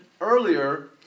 earlier